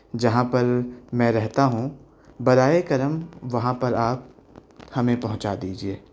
جہاں پر میں رہتا ہوں برائے کرم وہاں پر آپ ہمیں پہنچا دیجیے